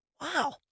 Wow